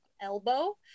elbow